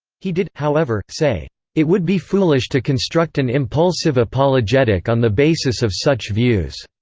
he did, however, say it would be foolish to construct an impulsive apologetic on the basis of such views.